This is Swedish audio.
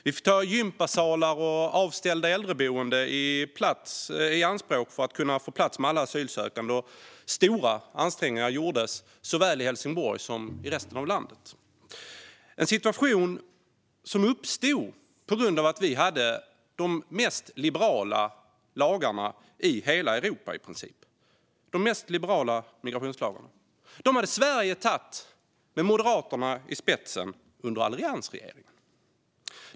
Vi fick ta gympasalar och avställda äldreboenden i anspråk för att kunna få plats med alla asylsökande. Stora ansträngningar gjordes såväl i Helsingborg som i resten av landet. Denna situation uppstod på grund av att vi i princip hade de mest liberala migrationslagarna i hela Europa. Dessa lagar hade Sverige infört med Moderaterna i spetsen under alliansregeringen.